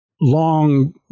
long